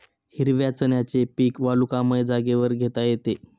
हिरव्या चण्याचे पीक वालुकामय जागेवर घेता येते